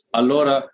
allora